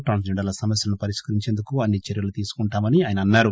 ట్రాన్సీ జెండర్ల సమస్యలను పరిష్కరించేందుకు అన్ని చర్యలు తీసుకుంటామని ఆయన అన్నారు